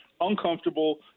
uncomfortable